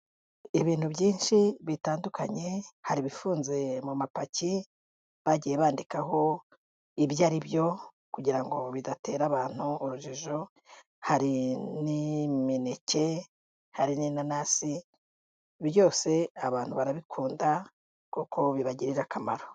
Ibintu byinshi bitandukanye, hari ibifunze mu mapaki, bagiye bandikaho ibyo ari byo kugira ngo bidatera abantu urujijo, hari n'imineke, hari n'inanasi, byose abantu barabikunda kuko bibagirira akamaro.